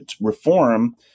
reform